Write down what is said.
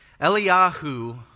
Eliyahu